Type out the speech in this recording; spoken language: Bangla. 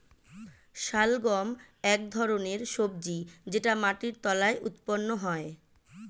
শালগম এক ধরনের সবজি যেটা মাটির তলায় উৎপন্ন হয়